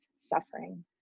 suffering